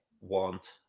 want